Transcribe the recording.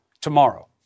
tomorrow